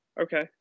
okay